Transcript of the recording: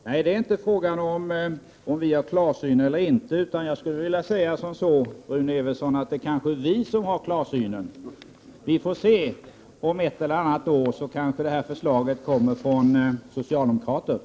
Herr talman! Det är inte fråga om huruvida vi har klarsyn eller inte. Men det kanske är vi som har klarsynen, Rune Evensson. Vi får väl se hur det går. Om ett eller annat år kommer kanske samma förslag från socialdemokraterna.